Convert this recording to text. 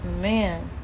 man